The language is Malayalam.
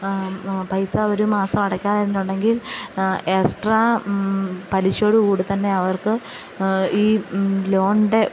പൈസ ഒരു മാസം അടക്കാതിരുന്നിട്ടുണ്ടെങ്കിൽ എക്സ്ട്രാ പലിശയോടു കൂടി തന്നെ അവർക്ക് ഈ ലോണിൻ്റെ